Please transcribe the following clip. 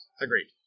Agreed